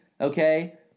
okay